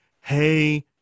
hey